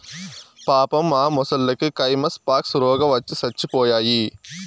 పాపం ఆ మొసల్లకి కైమస్ పాక్స్ రోగవచ్చి సచ్చిపోయాయి